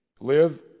live